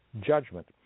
judgment